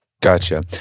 Gotcha